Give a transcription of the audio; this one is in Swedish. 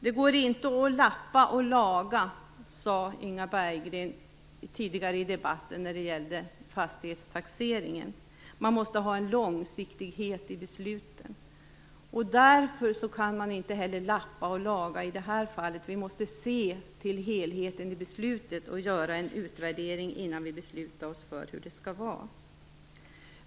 Det går inte att lappa och laga, sade Inga Berggren tidigare i debatten när det gällde fastighetstaxeringen. Man måste ha en långsiktighet i besluten, och därför kan man inte heller lappa och laga i det här fallet. Vi måste se till helheten i beslutet och göra en utvärdering innan vi beslutar hur det skall vara.